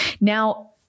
Now